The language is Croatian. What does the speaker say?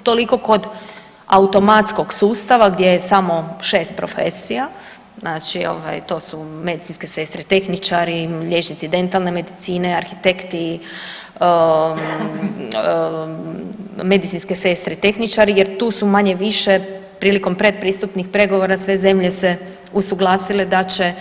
Ne koliko kod automatskog sustava gdje je samo šest profesija, znači to su medicinske sestre, tehničari, liječnici dentalne medicine, arhitekti, medicinske sestre, tehničari jer tu su manje-više priliko predpristupnih pregovora sve zemlje se usuglasile da će